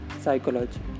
psychology